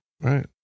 Right